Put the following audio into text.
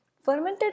Fermented